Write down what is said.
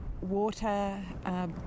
water